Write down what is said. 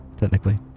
technically